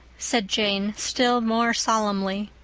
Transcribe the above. said jane, still more solemnly,